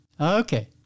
Okay